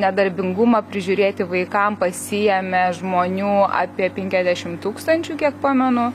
nedarbingumą prižiūrėti vaikam pasiėmė žmonių apie penkiasdešim tūkstančių kiek pamenu